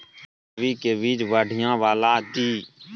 कोबी के बीज बढ़ीया वाला दिय?